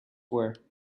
were